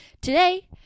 Today